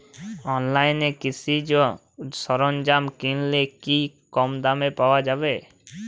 অনলাইনে কৃষিজ সরজ্ঞাম কিনলে কি কমদামে পাওয়া যাবে?